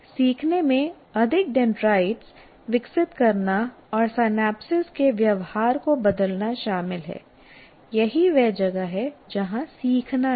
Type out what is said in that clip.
सीखने में अधिक डेंड्राइट्स विकसित करना और सिनैप्स के व्यवहार को बदलना शामिल है यही वह जगह है जहां सीखना है